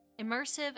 Immersive